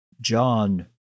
John